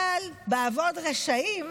אבל "באבֹד רשעים"